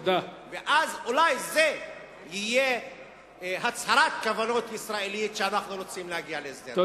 ואז אולי זאת תהיה הצהרת כוונות ישראלית שאנחנו רוצים להגיע להסדר,